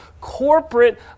corporate